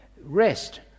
Rest